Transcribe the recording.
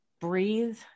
breathe